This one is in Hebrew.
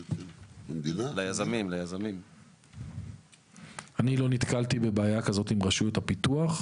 אני לא נתקלתי בבעיה כזאת עם רשות הפיתוח.